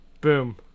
Boom